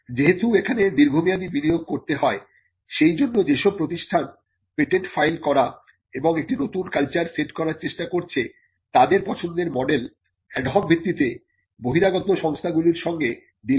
যেহেতু এখানে দীর্ঘমেয়াদি বিনিয়োগ করতে হয় সে জন্য যে সব প্রতিষ্ঠান পেটেন্ট ফাইল করা এবং একটি নতুন কালচার সেট করার চেষ্টা করছে তাদের পছন্দের মডেল অ্যাড হক ভিত্তিতে বহিরাগত সংস্থাগুলির সঙ্গে ডিল করা